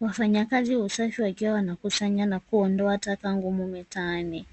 Wafanya kazi wa usafi wakiwa wanakusanya na kuondo taka ngumu mitaani.